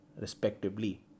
respectively